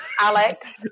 alex